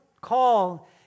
call